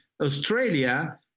Australia